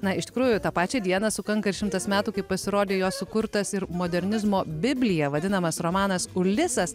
na iš tikrųjų tą pačią dieną sukanka ir šimtas metų kai pasirodė jo sukurtas ir modernizmo biblija vadinamas romanas ulisas